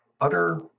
utter